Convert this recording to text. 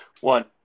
one